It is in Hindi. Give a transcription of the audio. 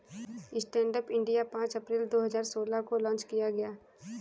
स्टैंडअप इंडिया पांच अप्रैल दो हजार सोलह को लॉन्च किया गया